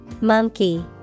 Monkey